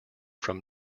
from